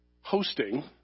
hosting